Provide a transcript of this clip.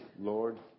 Lord